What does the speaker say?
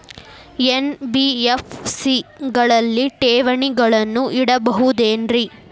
NBFC ಗಳಲ್ಲಿ ಠೇವಣಿಗಳನ್ನು ಇಡಬಹುದೇನ್ರಿ?